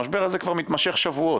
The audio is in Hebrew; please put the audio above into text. המשבר הזה כבר מתמשך שבועות.